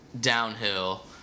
downhill